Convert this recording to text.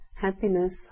happiness